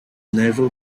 naval